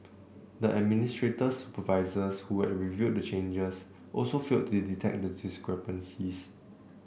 the administrator's supervisors who had reviewed the changes also failed to detect the discrepancies